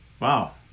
Wow